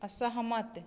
असहमत